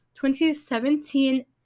2017